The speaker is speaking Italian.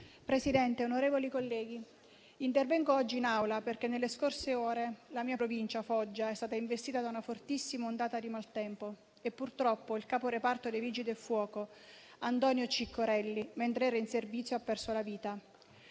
Presidente, onorevoli colleghi, intervengo oggi in Aula perché nelle scorse ore la mia provincia, quella di Foggia, è stata investita da una fortissima ondata di maltempo e purtroppo il capo reparto dei Vigili del fuoco, Antonio Ciccorelli, mentre era in servizio, ha perso la vita.